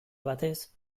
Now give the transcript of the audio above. batez